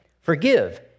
forgive